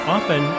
Often